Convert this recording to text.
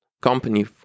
company